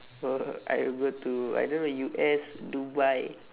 oh I will go to I don't know U_S dubai